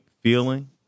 feeling